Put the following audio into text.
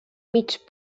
mig